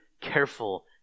careful